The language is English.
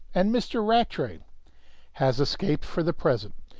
and mr. rattray has escaped for the present.